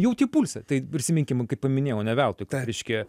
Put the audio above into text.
jauti pulsą tai prisiminkim kaip paminėjau ne veltui kad reiškia